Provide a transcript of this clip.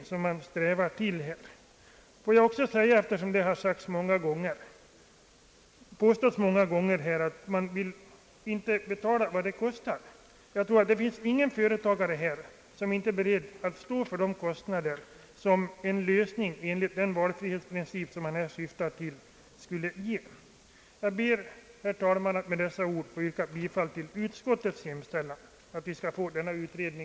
Det är en utredning om detta som vi strävar till. Det har påståtts många gånger att företagarna inte vill betala vad det kostar för att få en sådan trygghet. Jag tror inte att det finns någon företagare här i landet som inte är beredd att stå för de kostnader som en lösning enligt den valfrihetsprincip som jag här syftar till skulle medföra. Jag ber, herr talman, att med dessa ord få yrka bifall till utskottets hemställan.